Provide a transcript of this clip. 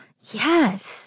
Yes